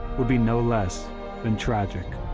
would be no less than tragic.